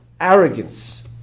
arrogance